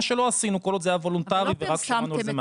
מה שלא עשינו כל עוד זה היה וולונטרי ורק שמענו את זה מהצד.